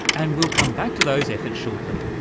and we'll come back to those efforts shortly,